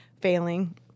failing